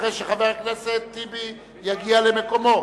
אחרי שחבר הכנסת טיבי יגיע למקומו.